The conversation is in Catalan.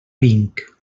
vinc